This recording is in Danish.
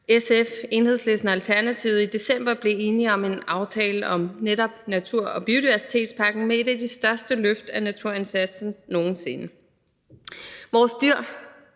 SF, Enhedslisten og Alternativet i december blev enige om en aftale om netop natur- og biodiversitetspakken med et af de største løft af naturindsatsen nogen sinde. Vores dyr,